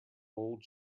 old